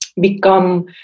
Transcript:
become